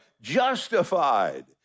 justified